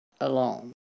alone